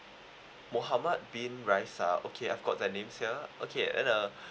mohammad bin raishal okay I've got the names ya okay and then uh